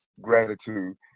gratitude